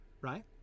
right